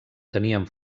tenien